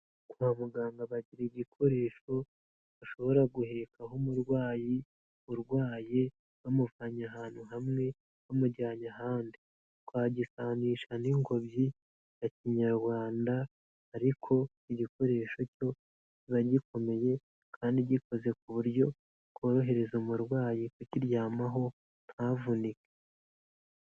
Kwa muganga bagira igikoresho bashobora guhekaho umurwayi urwaye bamuvanye ahantu hamwe bamujyanye ahandi, twagisanisha n'ingobyi ya kinyarwanda ariko igikoresho cyo kiba gikomeye kandi gikoze ku buryo bworohereza umurwayi kukiryamaho ntavunike.